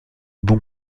bon